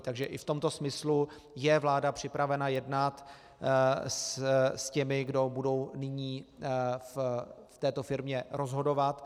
Takže i v tomto smyslu je vláda připravena jednat s těmi, kdo budou nyní v této firmě rozhodovat.